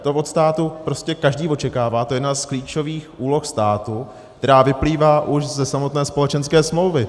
To od státu prostě každý očekává, to je jedna z klíčových úloh státu, která vyplývá už ze samotné společenské smlouvy.